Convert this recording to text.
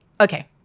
Okay